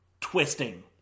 twisting